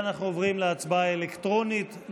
אנחנו עוברים להצבעה אלקטרונית.